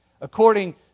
according